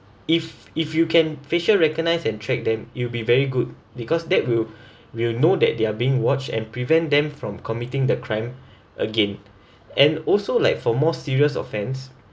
if if you can facial recognise and track them you'll be very good because that will will know that they are being watched and prevent them from committing the crime again and also like for more serious offence